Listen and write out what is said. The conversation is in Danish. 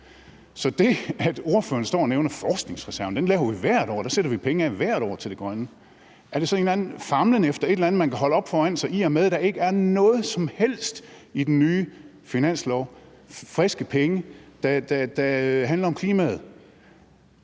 Ordføreren står og nævner forskningsreserven, men den laver vi hvert år – der sætter vi penge af hvert år til det grønne. Er det så en eller anden famlen efter et eller andet, man kan holde op foran sig, i og med at der ikke er noget som helst i den nye finanslov, friske penge, der handler om klimaet?